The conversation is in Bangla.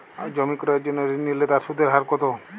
জমি ক্রয়ের জন্য ঋণ নিলে তার সুদের হার কতো?